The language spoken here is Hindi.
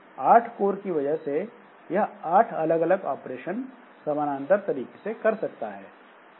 8 कोर की वजह से यह आठ अलग अलग ऑपरेशन समानांतर तरीके से कर सकता है